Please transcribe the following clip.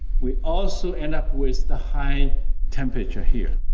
we also end up with the high temperature here.